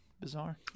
bizarre